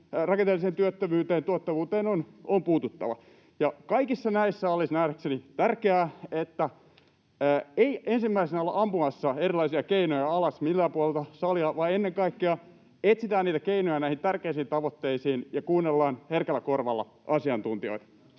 Rakenteelliseen työttömyyteen, tuottavuuteen on puututtava. Kaikissa näissä olisi nähdäkseni tärkeää, että ei ensimmäisenä olla ampumassa erilaisia keinoja alas miltään puolelta salia, vaan ennen kaikkea etsitään niitä keinoja näihin tärkeisiin tavoitteisiin ja kuunnellaan herkällä korvalla asiantuntijoita.